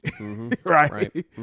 Right